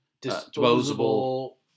disposable